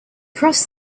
crossed